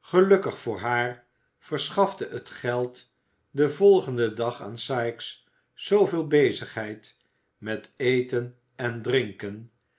gelukkig voor haar verschafte het geld den volgenden dag aan sikes zooveel bezigheid met eten en drinken